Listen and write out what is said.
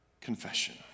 Confession